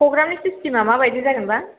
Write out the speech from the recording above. प्रग्रामनि सिचटेमा माबायदि जागोनबा